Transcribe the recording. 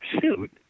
suit